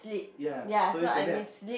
ya so is a nap